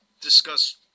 discuss